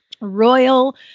Royal